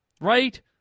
right